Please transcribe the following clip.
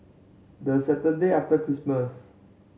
the Saturday after Christmas